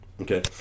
okay